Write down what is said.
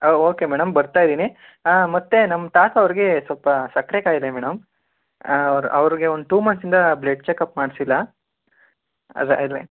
ಹಾಂ okay madam ಬರ್ತಾ ಇದ್ದೀನಿ ಮತ್ತೆ ನಮ್ಮ ತಾತ ಅವರಿಗೆ ಸ್ವಲ್ಪ ಸಕ್ಕರೆ ಕಾಯಿಲೆ ಮೇಡಮ್ ಅವ್ರ್ ಅವರಿಗೆ ಒಂದು ಟು ಮಂತ್ಸಿಂದ ಬ್ಲೆಡ್ ಚೆಕಪ್ ಮಾಡಿಸಿಲ್ಲ ಅದ ಇಲೆ